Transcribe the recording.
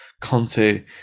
Conte